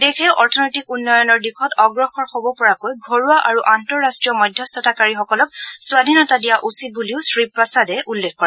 দেশে অৰ্থনৈতিক উন্নয়নৰ দিশত অগ্ৰসৰ হব পৰাকৈ ঘৰুৱা আৰু আন্তঃৰাষ্ট্ৰীয় মধ্যস্থতাকাৰীসকলক স্বাধীনতা দিয়া উচিত বুলিও শ্ৰীপ্ৰসাদে উল্লেখ কৰে